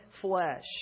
flesh